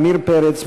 עמיר פרץ,